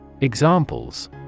Examples